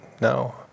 No